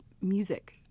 music